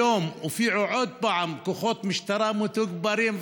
היום הופיעו עוד פעם כוחות משטרה מתוגברים,